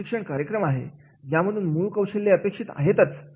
यामधून मूळ कौशल्ये नंतर अपेक्षित आहेच